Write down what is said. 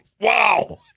wow